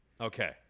Okay